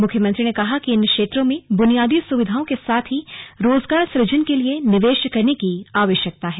मुख्यमंत्री ने कहा कि इन क्षेत्रों में बुनियादी सुविधाओं के साथ ही रोजगार सुजन के लिए निवेश करने की आवश्यकता है